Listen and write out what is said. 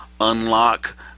unlock